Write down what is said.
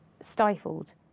stifled